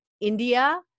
India